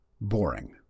boring